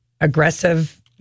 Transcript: aggressive